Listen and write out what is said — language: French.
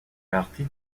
partis